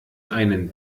einen